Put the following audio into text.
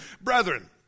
Brethren